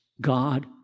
God